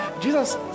Jesus